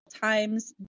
times